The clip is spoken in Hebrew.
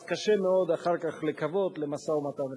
אז קשה מאוד אחר כך לקוות למשא-ומתן רציני.